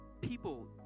people